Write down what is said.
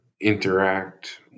interact